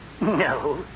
No